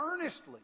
earnestly